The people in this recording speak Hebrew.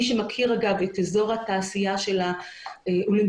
מי שמכיר את אזור התעשייה של האולימפיאדה.